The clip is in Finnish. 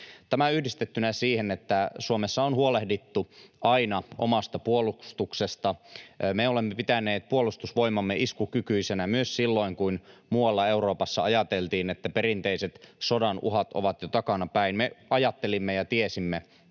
Tämä yhdistettynä siihen, että Suomessa on huolehdittu aina omasta puolustuksesta: Me olemme pitäneet Puolustusvoimamme iskukykyisinä myös silloin kun muualla Euroopassa ajateltiin, että perinteiset sodanuhat ovat jo takanapäin. Me ajattelimme ja tiesimme,